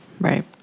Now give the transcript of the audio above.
Right